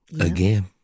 again